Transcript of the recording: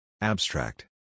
Abstract